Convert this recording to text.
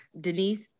denise